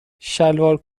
شلوار